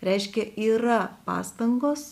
reiškia yra pastangos